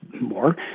more